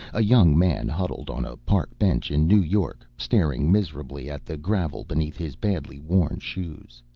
a young man huddled on a park bench in new york, staring miserably at the gravel beneath his badly worn shoes.